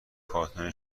کارتن